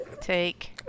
take